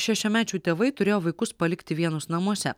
šešiamečių tėvai turėjo vaikus palikti vienus namuose